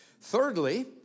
Thirdly